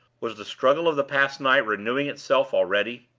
was the struggle of the past night renewing itself already?